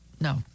no